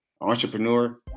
entrepreneur